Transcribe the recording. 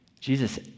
Jesus